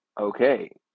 Okay